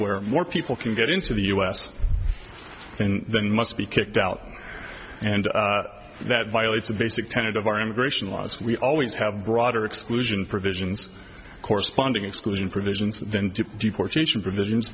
where more people can get into the us and then must be kicked out and that violates the basic tenet of our immigration laws we always have broader exclusion provisions corresponding exclusion provisions than to deportation provisions